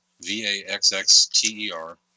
V-A-X-X-T-E-R